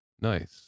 Nice